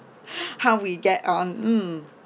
how we get on mm